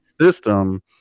system